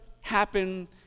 happen